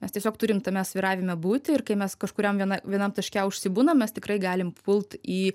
mes tiesiog turim tame svyravime būti ir kai mes kažkuriam viena vienam taške užsibūnam mes tikrai galim papult į